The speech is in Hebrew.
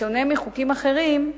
בשונה מחוקים אחרים,